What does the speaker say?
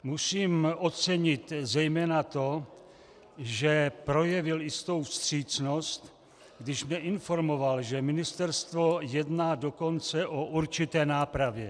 Musím ocenit zejména to, že projevil jistou vstřícnost, když mě informoval, že ministerstvo jedná dokonce o určité nápravě.